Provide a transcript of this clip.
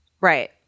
Right